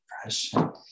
depression